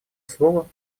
слово